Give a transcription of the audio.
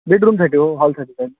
बेडरूमसाठी हो हॉलसाठी नाही